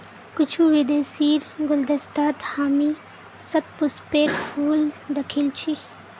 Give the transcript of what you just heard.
कुछू विदेशीर गुलदस्तात हामी शतपुष्पेर फूल दखिल छि